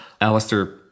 Alistair